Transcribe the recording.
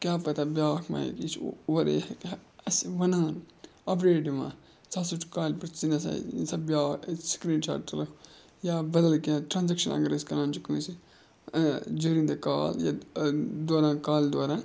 کیٛاہ پَتہ بیٛاکھ مہ ہیٚکہِ یہِ چھُ اورَے اَسہِ وَنان اَپڈیٹ دِوان ژٕ ہَسا چھُکھ کالہِ پٮ۪ٹھ ژٕ نَسا یہِ ہَسا بیٛاکھ سِکریٖن شاٹ تُلکھ یا بَدَل کینٛہہ ٹرٛانزیکشَن اَگَر أسۍ کَران چھِ کٲنٛسہِ جوٗرِنٛگ دَ کال یا دوران کالہِ دوران